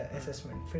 assessment